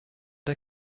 der